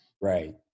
Right